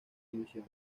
division